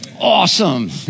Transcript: Awesome